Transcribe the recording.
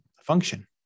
function